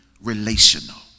relational